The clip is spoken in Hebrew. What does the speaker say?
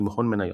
עם הון מניות.